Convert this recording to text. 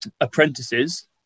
Apprentices